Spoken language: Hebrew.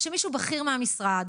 שמישהו בכיר מהמשרד,